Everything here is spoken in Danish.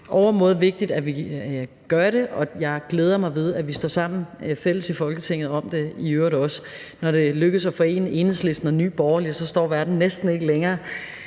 overmåde vigtigt, at vi gør det her, og jeg glæder mig over, at vi står sammen og er fælles om det i Folketinget – og når det i øvrigt lykkes at forene Enhedslisten og Nye Borgerlige, står verden næsten ikke længere.